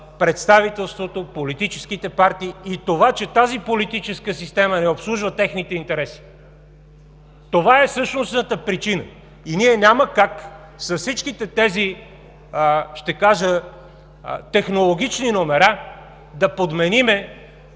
представителството, политическите партии и че тази политическа система не обслужва техните интереси. Това е същностната причина и ние няма как с всичките тези, ще кажа, технологични номера да подменим